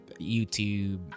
YouTube